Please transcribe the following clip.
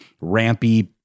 rampy